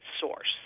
source